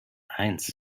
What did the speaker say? eins